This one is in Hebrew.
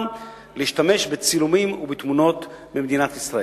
להשתמש בצילומים ובתמונות במדינת ישראל.